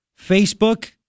Facebook